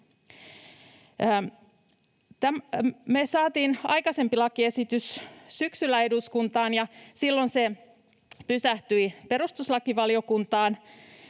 saatiin aikaisempi lakiesitys syksyllä eduskuntaan, ja silloin se pysähtyi perustuslakivaliokuntaan,